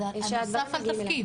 אז זה נוסף על תפקיד.